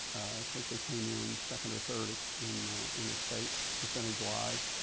think we came in second or third in the in the state percentage wise,